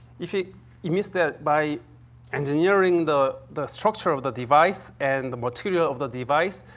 if it emits that by engineering the the structure of the device and the material of the device,